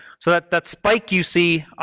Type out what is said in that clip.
so that that spike you see,